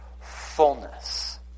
fullness